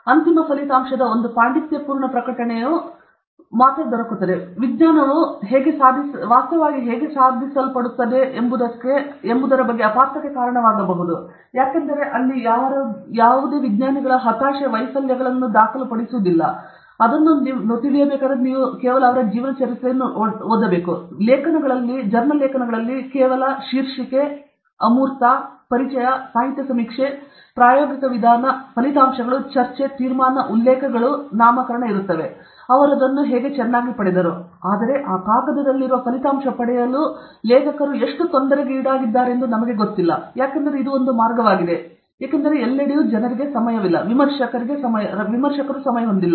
ಅಂತಿಮ ಫಲಿತಾಂಶದ ಒಂದು ಪಾಂಡಿತ್ಯಪೂರ್ಣ ಪ್ರಕಟಣೆಯು ವಿಜ್ಞಾನವು ವಾಸ್ತವವಾಗಿ ಹೇಗೆ ಸಾಧಿಸಲ್ಪಡುತ್ತದೆ ಎಂಬುದರ ಬಗ್ಗೆ ಅಪಾರ್ಥಕ್ಕೆ ಕಾರಣವಾಗಬಹುದು ಅಮೂರ್ತ ಪರಿಚಯ ಸಾಹಿತ್ಯ ಸಮೀಕ್ಷೆ ಪ್ರಾಯೋಗಿಕ ವಿಧಾನ ಫಲಿತಾಂಶಗಳು ಮತ್ತು ಚರ್ಚೆ ತೀರ್ಮಾನ ಉಲ್ಲೇಖಗಳು ನಾಮಕರಣದ ನಡುವೆ ಅವರು ಅದನ್ನು ಹೇಗೆ ಚೆನ್ನಾಗಿ ಪಡೆದರು ಆದರೆ ಆ ಕಾಗದವನ್ನು ಪಡೆದುಕೊಳ್ಳಲು ಲೇಖಕರು ಎಷ್ಟು ತೊಂದರೆಗೀಡಾಗುತ್ತಿದ್ದಾರೆಂಬುದು ನಮಗೆ ಗೊತ್ತಿಲ್ಲ ಯಾಕೆಂದರೆ ಇದು ಒಂದು ಮಾರ್ಗವಾಗಿದೆ ಏಕೆಂದರೆ ಎಲ್ಲೆಡೆ ಜನರಿಗೆ ಸಮಯವಿಲ್ಲ ವಿಮರ್ಶಕರು ಸಮಯ ಹೊಂದಿಲ್ಲ ಜನರು ಹೊಂದಿಲ್ಲ